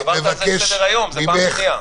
אתה עברת על זה לסדר היום, זו פעם שנייה.